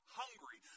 hungry